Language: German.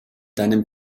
deinem